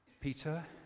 Peter